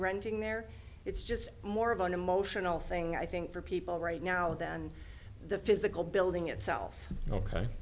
renting there it's just more of an emotional thing i think for people right now than the physical building itself ok